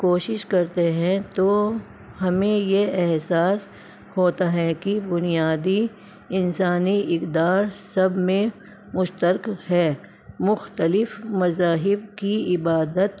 کوشش کرتے ہیں تو ہمیں یہ احساس ہوتا ہے کہ بنیادی انسانی اقدار سب میں مشترک ہے مختلف مذاہب کی عبادت